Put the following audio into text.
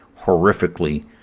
horrifically